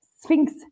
sphinx